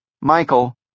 Michael